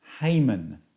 Haman